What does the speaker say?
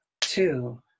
two